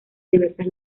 diversas